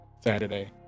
Saturday